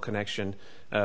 connection